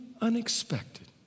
unexpected